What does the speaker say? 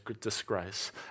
disgrace